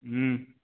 हुँ